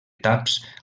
taps